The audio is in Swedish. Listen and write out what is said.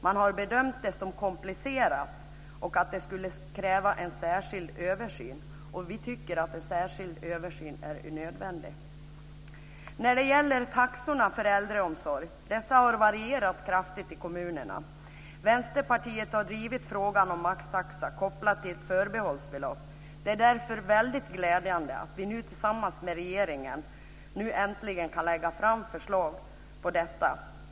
Man har bedömt det som komplicerat och sagt att det skulle kräva en särskild översyn. Vi tycker att en särskild översyn är nödvändig. Taxorna för äldreomsorgen har varierat kraftigt i kommunerna. Vänsterpartiet har drivit frågan om maxtaxa kopplad till ett förbehållsbelopp. Det är därför väldigt glädjande att vi nu tillsammans med regeringen äntligen kan lägga fram ett förslag om detta.